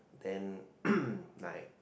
then like